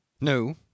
No